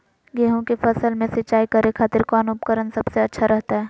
गेहूं के फसल में सिंचाई करे खातिर कौन उपकरण सबसे अच्छा रहतय?